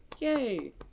Yay